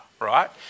right